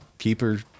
Keeper